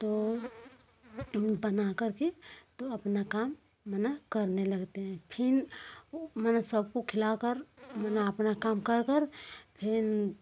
तो बनाकर के तो अपना काम मना करने लगते हैं फिर मने सबको खिलाकर मने अपना काम कर कर फिर